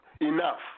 enough